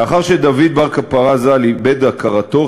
לאחר שדוד בר קפרא ז"ל איבד את הכרתו,